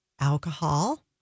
alcohol